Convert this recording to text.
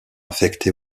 affecté